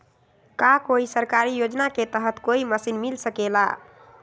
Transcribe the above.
का कोई सरकारी योजना के तहत कोई मशीन मिल सकेला?